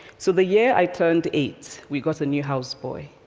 so, the year i turned eight, we got a new house boy.